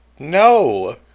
no